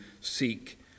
seek